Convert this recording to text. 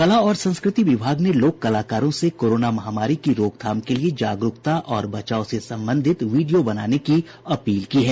कला और संस्कृति विभाग ने लोक कलाकारों से कोरोना महामारी की रोकथाम के लिए जागरूकता और बचाव से संबंधित वीडियो बनाने की अपील की है